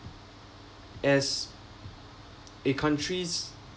as a countries